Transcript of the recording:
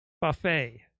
Buffet